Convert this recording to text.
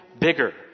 bigger